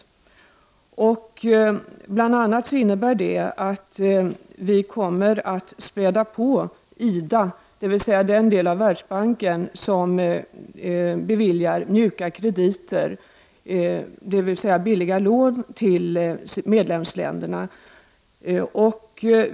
Detta innebär bl.a. att vi kommer att späda på IDA, som är den del av Världsbanken som beviljar mjuka krediter, dvs. billiga lån till medlemsländerna.